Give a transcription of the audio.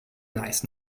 nice